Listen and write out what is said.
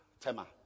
Tema